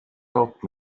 helped